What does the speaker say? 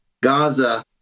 Gaza